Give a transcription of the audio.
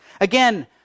Again